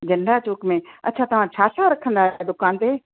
झंडा चौक में अच्छा तव्हां छा छा रखंदा आहियो दुकान ते